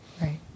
Right